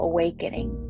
Awakening